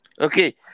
Okay